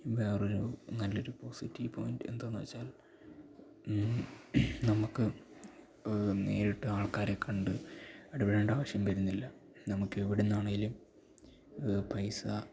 വേറെ ഒരു നല്ല ഒരു പോസിറ്റീവ് പോയിൻ്റ് എന്തെന്ന് വച്ചാൽ നമ്മൾക്ക് നേരിട്ട് ആൾക്കാരെ കണ്ടു ഇടപഴകേണ്ട ആവശ്യം വരുന്നില്ല നമ്മൾക്ക് എവിടെ നിണെങ്കിലും പൈസ